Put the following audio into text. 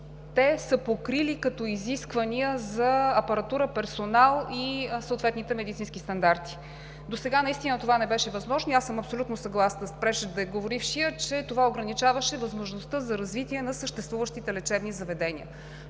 те са покрили като изисквания за апаратура, персонал и съответните медицински стандарти. Досега наистина това не беше възможно и съм абсолютно съгласна с преждеговорившия, че това ограничаваше възможността за развитие на съществуващите лечебни заведения.